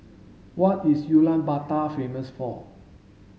what is Ulaanbaatar famous for